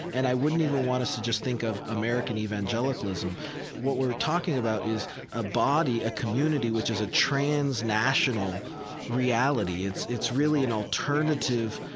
and i wouldn't even want us to just think of american evangelicalism. what we're talking about is a body, a community which is a transnational reality. it's it's really an alternative,